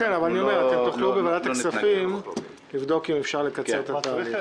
אתם תוכלו בוועדת הכספים תבדוק אם אפשר לקצר את התהליך.